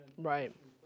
right